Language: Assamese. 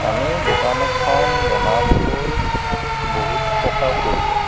আমি দোকান এখন বনাবলৈ বহুত টকাৰ প্ৰয়োজন